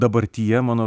dabartyje mano